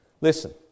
Listen